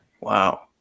Wow